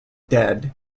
dead